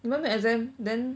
你们没有 exam then